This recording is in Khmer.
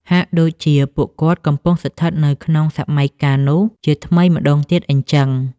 ហាក់ដូចជាពួកគាត់កំពុងស្ថិតនៅក្នុងសម័យកាលនោះជាថ្មីម្តងទៀតអញ្ចឹង។